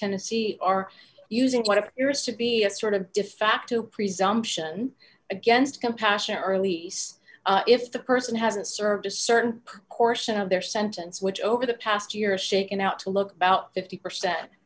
tennessee are using what appears to be a sort of defacto presumption against compassionate release if the person hasn't served a certain portion of their sentence which over the past year is shaken out to look about fifty percent